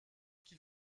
qu’il